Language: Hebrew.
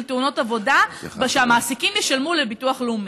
תאונות עבודה ושהמעסיקים ישלמו לביטוח לאומי.